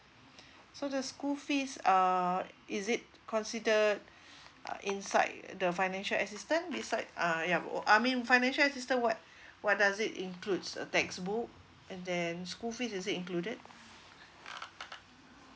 so the school fees uh is it consider uh inside the financial assistant beside uh ya I mean financial assistant what what does it includes a textbook and then school fees is it included